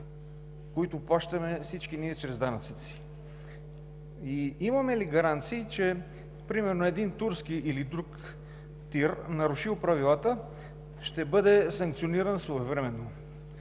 които плащаме всички ние чрез данъците си. Имаме ли гаранции примерно, че един турски или друг ТИР, нарушил правилата, ще бъде санкциониран своевременно?